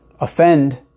offend